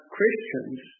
Christians